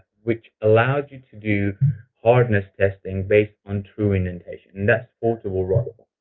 which allows you to do hardness testing based on true indentation, and that's portable rockwell